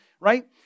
right